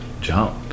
jump